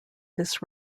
this